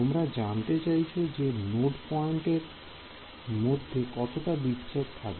তোমরা জানতে চাইছ যে নোড পয়েন্টের মধ্যে কতটা বিচ্ছেদ থাকবে